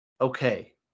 okay